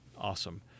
Awesome